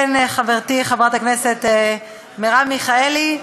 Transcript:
כן, חברתי חברת הכנסת מרב מיכאלי,